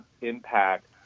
impact